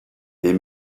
est